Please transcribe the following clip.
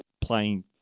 playing